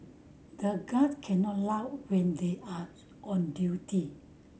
the guards cannot laugh when they are on duty